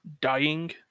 dying